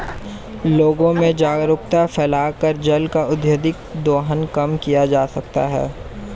लोगों में जागरूकता फैलाकर जल का अत्यधिक दोहन कम किया जा सकता है